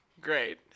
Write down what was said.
great